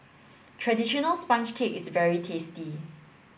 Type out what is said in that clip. traditional sponge cake is very tasty